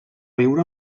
viure